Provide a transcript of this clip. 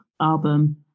album